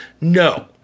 No